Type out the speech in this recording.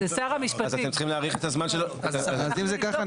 אז אם זה ככה,